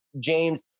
James